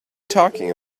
talking